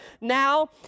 now